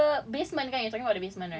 it's so bising you ever went there before